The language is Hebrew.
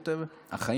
"החיים על פי מאי",